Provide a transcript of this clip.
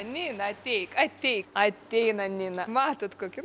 nina ateik ateik ateina nina matot kokia